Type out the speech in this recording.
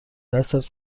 دستت